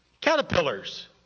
caterpillars